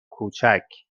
کوچک